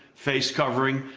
face covering,